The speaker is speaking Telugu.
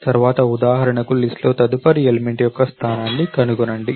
తర్వాత ఉదాహరణకు లిస్ట్ లో తదుపరి ఎలిమెంట్ యొక్క స్థానాన్ని కనుగొనండి